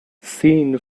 seen